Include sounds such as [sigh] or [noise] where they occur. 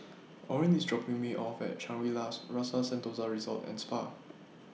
[noise] Orin IS dropping Me off At Shangri La's Rasa Sentosa Resort and Spa